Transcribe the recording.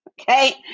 Okay